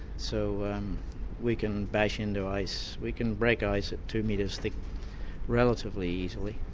so we can bash into ice, we can break ice at two metres thick relatively easily.